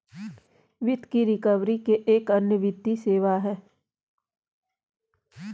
वित्त की रिकवरी एक अन्य वित्तीय सेवा है